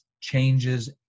changes